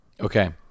okay